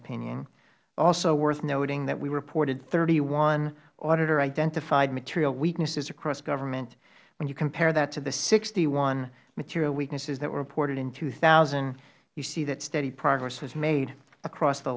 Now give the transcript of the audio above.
opinion also worth noting that we reported thirty one auditor identified material weaknesses across government when you compare that to the sixty one material weaknesses that were reported in two thousand you see that steady progress was made across the